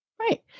Right